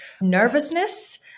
nervousness